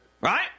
right